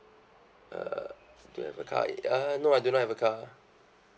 uh do you have a car uh no I do not have a car